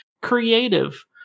creative